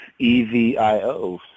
evio